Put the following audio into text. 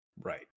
Right